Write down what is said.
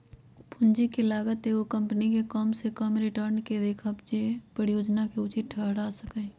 पूंजी के लागत एगो कंपनी के कम से कम रिटर्न के देखबै छै जे परिजोजना के उचित ठहरा सकइ